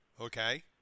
Okay